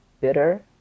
bitter